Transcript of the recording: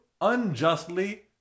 Unjustly